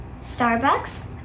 Starbucks